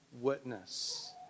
witness